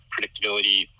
predictability